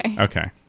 Okay